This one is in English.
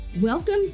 Welcome